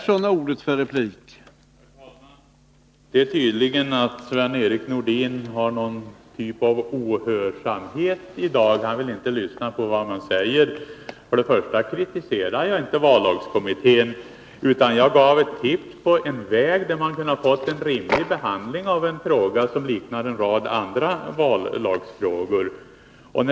Herr talman! Det är tydligt att Sven-Erik Nordin har någon typ av ohörsamhet i dag — han vill inte lyssna på vad man säger. Jag kritiserade inte vallagskommittén, utan gav tips på en väg som hade kunnat leda till en rimlig behandling av en fråga som liknar en rad andra vallagsfrågor.